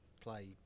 play